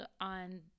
on